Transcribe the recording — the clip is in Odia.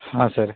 ହଁ ସାର୍